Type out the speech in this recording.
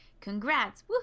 congrats